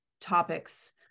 topics